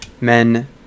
men